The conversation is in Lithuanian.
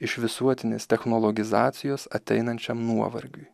iš visuotinės technologizacijos ateinančiam nuovargiui